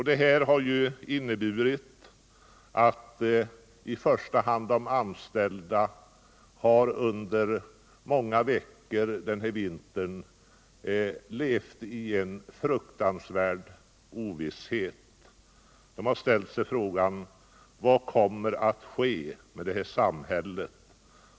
Detta har inneburit att i första hand de anställda under många veckor denna vinter fått leva i en fruktansvärd ovisshet. De har ställt sig frågan: Vad kommer att' ske med det här samhället?